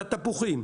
את התפוחים,